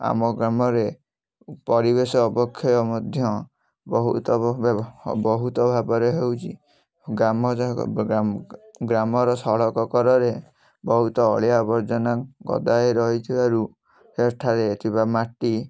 ଆମ ଗ୍ରାମରେ ପରିବେଶ ଅବକ୍ଷୟ ମଧ୍ୟ ବହୁତ ବହୁତ ଭାବରେ ହେଉଛି ଗ୍ରାମ ଗ୍ରାମର ସଡ଼କ କଡ଼ରେ ବହୁତ ଅଳିଆ ଆବର୍ଜନା ଗଦା ହୋଇ ରହିଥିବାରୁ ଏଠାରେ ଥିବା ମାଟି